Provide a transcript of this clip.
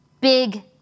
big